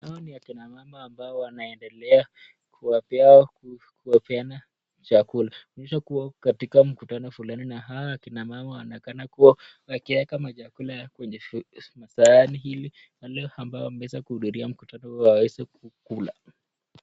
Hao ni wakina mama ambayo wanaendelea kuwapea kuwapeana chakula. Kuonyesha kuwa katika mkutano fulani na hawa kina mama wanaonekana kuwa wakiweka machakula ya masahani ili wale ambao wameweza kuhudhuria mkutano huo waweze kula.